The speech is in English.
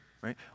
right